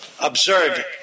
observe